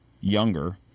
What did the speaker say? younger